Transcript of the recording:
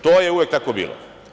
To je uvek tako bilo.